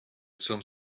some